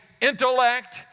intellect